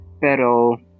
pero